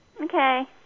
Okay